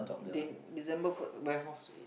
they December warehouse